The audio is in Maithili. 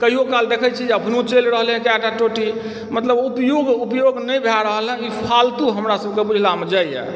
कहियोकाल देखय छी अपनो चलि रहलै कैटा टोटी मतलब उपयोग उपयोग नहि भए रहलए इ फालतू हमरा सभके बुझनामे जाइए